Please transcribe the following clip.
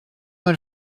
mal